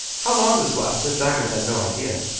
how long this lasted diamond had no idea.